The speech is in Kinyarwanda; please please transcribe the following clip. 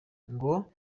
ngo